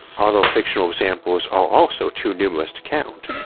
other fictional examples are also too numerous to count,